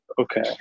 okay